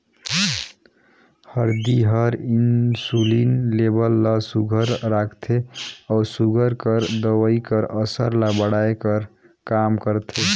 हरदी हर इंसुलिन लेबल ल सुग्घर राखथे अउ सूगर कर दवई कर असर ल बढ़ाए कर काम करथे